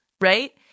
right